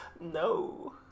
No